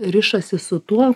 rišasi su tuo